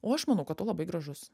o aš manau kad tu labai gražus